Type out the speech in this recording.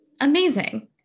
Amazing